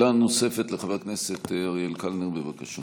שאלה נוספת לחבר הכנסת אריאל קלנר, בבקשה.